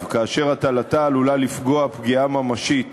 כאשר הטלתה עלולה לפגוע פגיעה ממשית